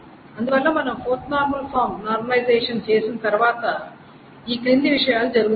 అందువల్ల మనం 4NF normalisation చేసిన తర్వాత ఈ క్రింది విషయాలు జరుగుతాయి